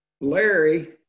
Larry